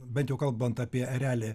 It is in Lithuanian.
bent jau kalbant apie erelį